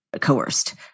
coerced